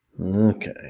okay